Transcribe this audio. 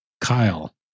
Kyle